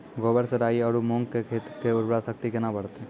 गोबर से राई आरु मूंग खेत के उर्वरा शक्ति केना बढते?